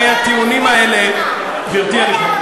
הרי הטיעונים האלה, לפני המדינה.